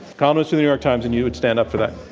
columnist of the new york times, and you'd stand up for that.